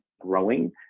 growing